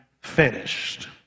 finished